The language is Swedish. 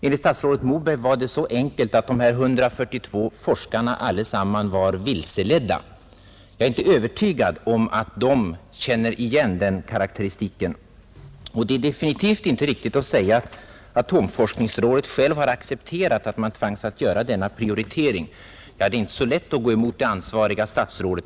Enligt statsrådet Moberg var det så enkelt som att alla dessa 142 forskare var vilseledda. Jag är inte övertygad om att de känner igen den karakteristiken. Och det är definitivt inte riktigt att atomforskningsrådet självt accepterat att göra denna prioritering. Det är inte så lätt att gå emot det ansvariga statsrådet.